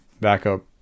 backup